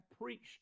preached